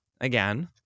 again